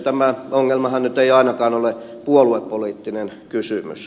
tämä ongelmahan nyt ei ainakaan ole puoluepoliittinen kysymys